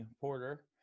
Porter